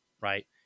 right